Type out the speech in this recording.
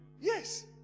Yes